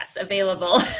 available